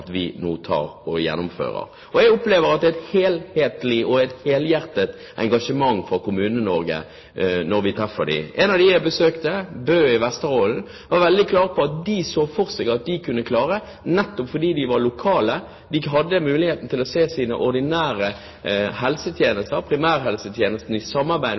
at vi nå gjennomfører. Jeg opplever et helhetlig og et helhjertet engasjement fra Kommune-Norge i møter med kommunene. En av dem jeg besøkte, Bø i Vesterålen, var veldig klar på at de så for seg at de kunne klare det nettopp fordi de var lokale. De hadde muligheten til å se de ordinære helsetjenestene, primærhelsetjenestene, i samarbeid